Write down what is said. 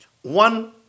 one